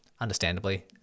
understandably